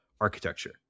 architecture